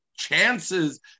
chances